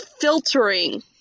filtering